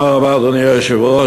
אדוני היושב-ראש,